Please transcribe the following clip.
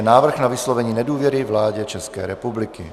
Návrh na vyslovení nedůvěry vládě České republiky